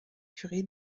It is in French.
curé